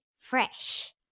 fresh